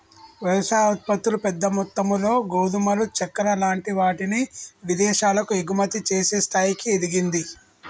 వ్యవసాయ ఉత్పత్తులు పెద్ద మొత్తములో గోధుమలు చెక్కర లాంటి వాటిని విదేశాలకు ఎగుమతి చేసే స్థాయికి ఎదిగింది